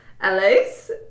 Alice